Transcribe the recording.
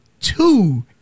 two